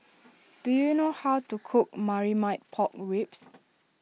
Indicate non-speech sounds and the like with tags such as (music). (noise) do you know how to cook Marmite Pork Ribs